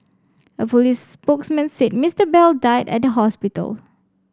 a police spokesman said Mister Bell died at the hospital